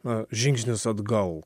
na žingsnis atgal